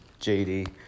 JD